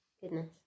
Goodness